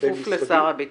כפוף לשר הביטחון.